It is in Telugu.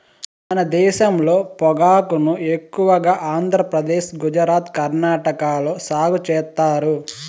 మన దేశంలో పొగాకును ఎక్కువగా ఆంధ్రప్రదేశ్, గుజరాత్, కర్ణాటక లో సాగు చేత్తారు